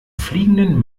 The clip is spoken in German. fliegenden